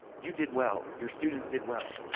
you did well, your students did well?